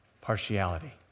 partiality